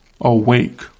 awake